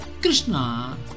Krishna